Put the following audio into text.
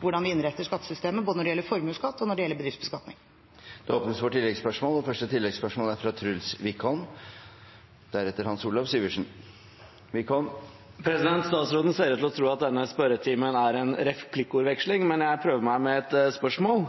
hvordan vi innretter skattesystemet, både når det gjelder formuesskatt og når det gjelder bedriftsbeskatning. Det blir oppfølgingsspørsmål – først Truls Wickholm. Statsråden ser ut til å tro at denne spørretimen er en replikkveksling, men jeg prøver meg med et spørsmål.